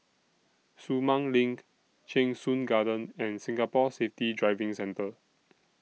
Sumang LINK Cheng Soon Garden and Singapore Safety Driving Centre